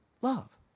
Love